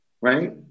right